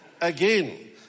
again